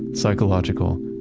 psychological,